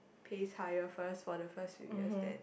pays higher first for the first few years then